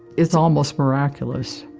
it's almost miraculous.